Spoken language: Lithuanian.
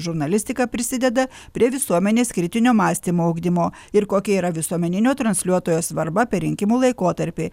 žurnalistika prisideda prie visuomenės kritinio mąstymo ugdymo ir kokia yra visuomeninio transliuotojo svarba per rinkimų laikotarpį